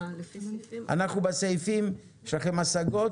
אם יש לכם השגות,